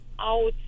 out